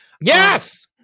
Yes